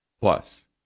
Plus